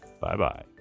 Bye-bye